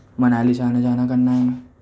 منالی جانے جانا کرنا ہے ہمیں